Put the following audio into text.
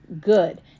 good